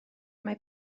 mae